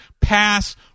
pass